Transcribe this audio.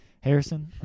Harrison